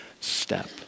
step